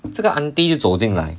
这个 aunty 就走进来